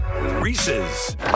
Reese's